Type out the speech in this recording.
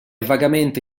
vagamente